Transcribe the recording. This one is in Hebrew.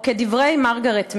או כדברי מרגרט מיד: